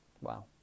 Wow